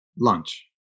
lunch